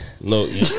No